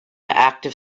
active